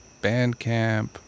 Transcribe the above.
Bandcamp